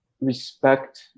respect